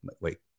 wait